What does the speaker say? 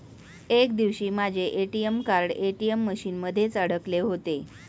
एक दिवशी माझे ए.टी.एम कार्ड ए.टी.एम मशीन मध्येच अडकले होते